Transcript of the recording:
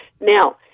Now